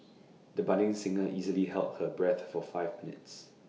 the budding singer easily held her breath for five minutes